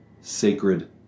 sacred